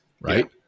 right